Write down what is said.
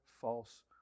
false